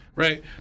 Right